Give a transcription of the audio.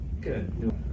Good